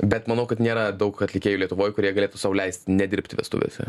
bet manau kad nėra daug atlikėjų lietuvoj kurie galėtų sau leisti nedirbti vestuvėse